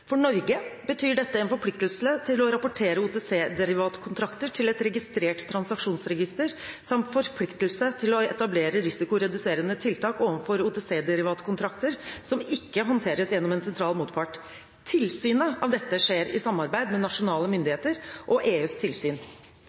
For Norge betyr dette en forpliktelse til å rapportere OTC-derivatkontrakter til et registrert transaksjonsregister, samt forpliktelse til å etablere risikoreduserende tiltak overfor OTC-derivatkontrakter som ikke håndteres gjennom en sentral motpart. Tilsynet av dette skjer i samarbeid med nasjonale myndigheter og EUs tilsyn.